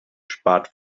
spart